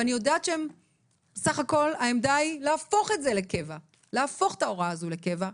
ואני יודעת שבסך הכל העמדה היא להפוך את ההוראה הזאת לקבע,